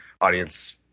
audience